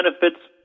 benefits